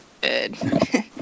good